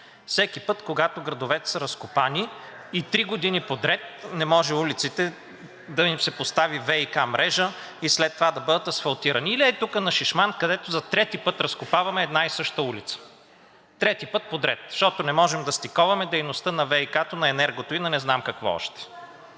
всеки път, когато градовете са разкопани и три години подред на улиците не може да им се постави ВиК мрежа и след това да бъдат асфалтирани. Или ей тук, на „Шишман“, където за трети път разкопаваме една и съща улица – трети път подред, защото не можем да стиковаме дейността на ВиК то, на енергото и на не знам какво още?!